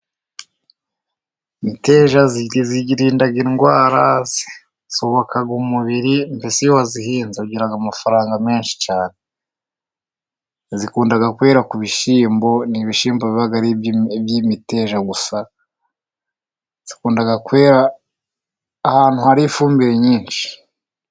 Imiteja irinda indwara, yubaka umubiri, mbese iyo wayihinze ugira amafaranga menshi cyane. Ikunda kwera ku bishyimbo. Ni ibishyimbo biba ari iby'imiteja gusa. Ikunda kwera ahantu hari ifumbire nyinshi.